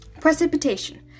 Precipitation